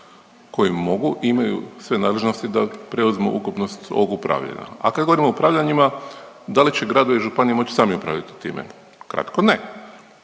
koji mogu i imaju sve nadležnosti da preuzmu ukupnost svog upravljanja. A kad govorimo o upravljanjima da li će gradovi i županije moći sami upravljati time? Kratko ne.